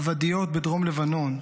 בוואדיות בדרום לבנון,